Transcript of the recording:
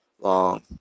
long